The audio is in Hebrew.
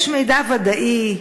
יש מידע ודאי,